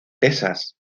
texas